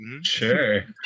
Sure